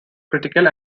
critical